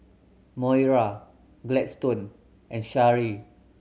Moira Gladstone and Shari